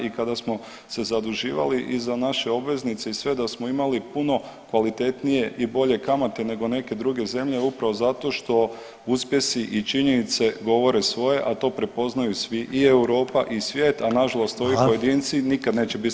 I kada smo se zaduživali i za naše obveznice i sve da smo imali puno kvalitetnije i bolje kamate nego neke druge zemlje upravo zato što uspjesi i činjenice govore svoje, a to prepoznaju svi i Europa i svijet, a na žalost ovi pojedinci [[Upadica Reiner: Hvala.]] nikad neće biti sretni u uspjehu.